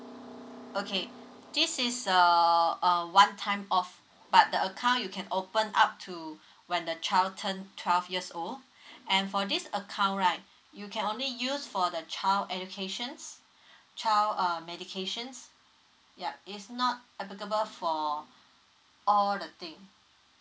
okay this is err a one time off but the account you can open up to when the child turn twelve years old and for this account right you can only use for the child educations child uh medications yup it's not applicable for all the thing